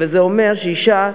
רק כמה נתונים לידיעה,